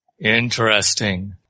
interesting